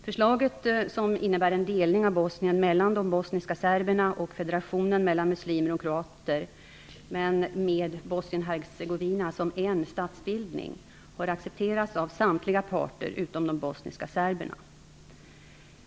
Förslaget, som innebär en delning av Bosnien mellan de bosniska serberna och federationen mellan muslimer och kroater, men med Bosnien-Hercegovina som en statsbildning, har accepterats av samtliga parter utom de bosniska serberna.